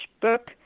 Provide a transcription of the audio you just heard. book